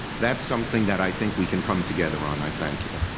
that's something that i think we can come together on. i thank you.